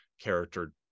character